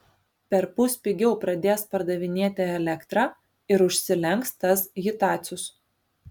perpus pigiau pradės pardavinėti elektrą ir užsilenks tas hitacius